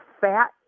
fat